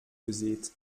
gesät